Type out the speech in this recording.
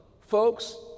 Folks